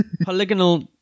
Polygonal